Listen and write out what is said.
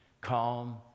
calm